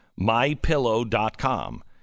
mypillow.com